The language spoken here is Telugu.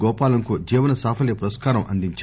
గోపాలం కు జీవన సాఫల్య పురస్కారం అందించారు